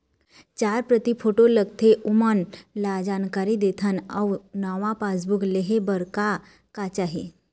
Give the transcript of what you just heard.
चार प्रति फोटो लगथे ओमन ला जानकारी देथन अऊ नावा पासबुक लेहे बार का का चाही?